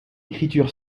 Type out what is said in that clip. écriture